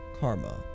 Karma